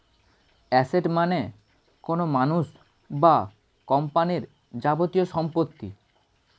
asset মানে কোনো মানুষ বা কোম্পানির যাবতীয় সম্পত্তি